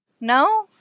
No